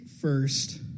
first